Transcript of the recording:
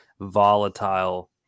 volatile